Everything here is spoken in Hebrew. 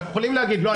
אנחנו יכולים להגיד לא,